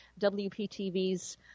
WPTV's